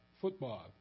football